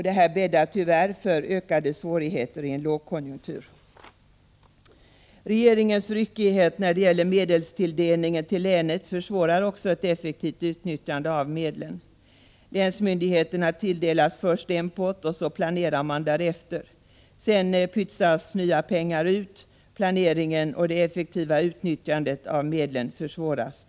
Detta bäddar tyvärr för ökade svårigheter i en lågkonjunktur. Regeringens ryckighet när det gäller medelstilldelningen till länet försvårar också ett effektivt utnyttjande av medlen. Länsmyndigheterna tilldelas först en pott, och så planerar de därefter. Sedan pytsas nya pengar ut, varigenom planeringen och det effektiva utnyttjandet av medlen försvåras.